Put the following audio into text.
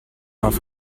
auf